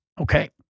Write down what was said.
Okay